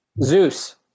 Zeus